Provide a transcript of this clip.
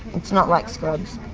it's not like scrubs.